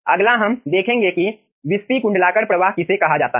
अगला हम देखेंगे कि विस्पी कुंडलाकार प्रवाह किसे कहा जाता है